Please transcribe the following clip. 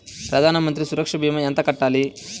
ప్రధాన మంత్రి సురక్ష భీమా ఎంత కట్టాలి?